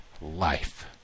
life